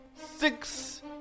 six